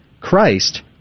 Christ